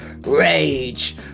rage